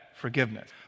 forgiveness